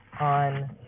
on